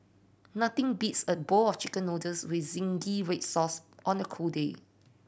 nothing beats a bowl of Chicken Noodles with zingy red sauce on a cold day